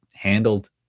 handled